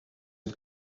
het